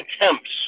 attempts